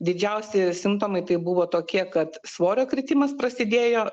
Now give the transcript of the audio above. didžiausi simptomai tai buvo tokie kad svorio kritimas prasidėjo